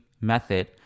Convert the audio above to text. method